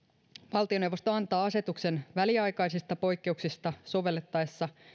valtioneuvosto antaa asetuksen väliaikaisista poikkeuksista sovellettaessa